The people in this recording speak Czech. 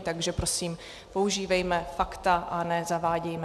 Takže prosím, používejme fakta a nezavádějme.